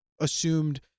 assumed